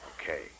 Okay